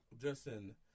Justin